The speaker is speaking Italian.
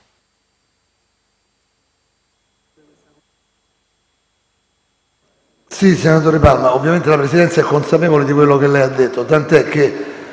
Senatore Palma, la Presidenza è consapevole di quello che lei ha detto, tant'è che